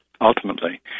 ultimately